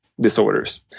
disorders